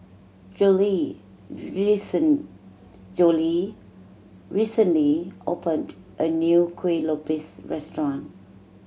Jolie Jolie recently opened a new Kueh Lopes restaurant